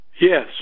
Yes